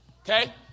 Okay